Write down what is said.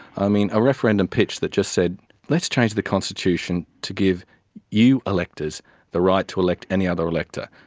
i mean, a referendum pitch that just said let's change the constitution to give you electors the right to elect any other elector,